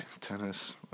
tennis